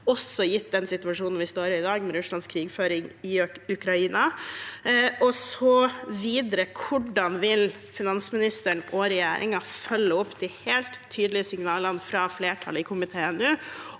haster, også gitt den situasjonen vi står i i dag, med Russlands krigføring i Ukraina. Videre: Hvordan vil finansministeren og regjeringen følge opp de helt tydelige signalene fra flertallet i komiteen nå